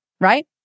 right